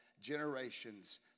generations